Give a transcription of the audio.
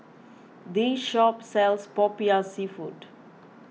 this shop sells Popiah Seafood